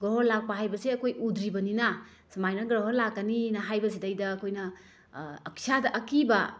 ꯒ꯭ꯔꯣꯍꯣꯟ ꯂꯥꯛꯄ ꯍꯥꯏꯕꯁꯦ ꯑꯩꯈꯣꯏ ꯎꯗ꯭ꯔꯤꯕꯅꯤꯅ ꯁꯨꯃꯥꯏꯅ ꯒ꯭ꯔꯣꯍꯣꯟ ꯂꯥꯛꯀꯅꯤꯅ ꯍꯥꯏꯕ ꯁꯤꯗꯩꯗ ꯑꯩꯈꯣꯏꯅ ꯏꯁꯥꯗ ꯑꯀꯤꯕ